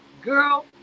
girl